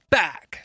back